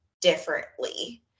differently